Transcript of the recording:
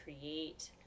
create